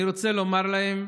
אני רוצה לומר להם: